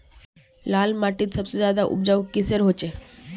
लाल माटित सबसे ज्यादा उपजाऊ किसेर होचए?